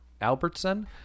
Albertson